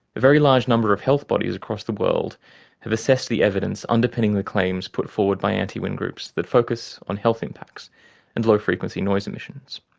very large number of health bodies across the world have assessed the evidence underpinning the claims put forward by anti-wind groups that focus on health impacts and low-frequency noise emissions.